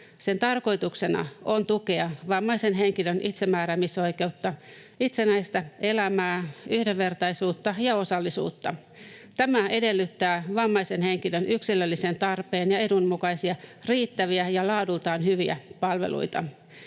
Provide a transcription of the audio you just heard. Sen tarkoituksena on tukea vammaisen henkilön itsemääräämisoikeutta, itsenäistä elämää, yhdenvertaisuutta ja osallisuutta. Tämä edellyttää vammaisen henkilön yksilöllisen tarpeen ja edun mukaisia, riittäviä ja laadultaan hyviä palveluita.